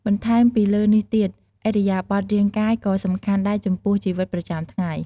បន្ថែមពីលើនេះទៀត ឥរិយាបថរាងកាយក៏សំខាន់ដែរចំពោះជីវិតប្រចាំថ្ងៃ។